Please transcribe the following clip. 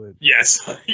Yes